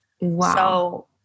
Wow